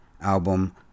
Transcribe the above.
album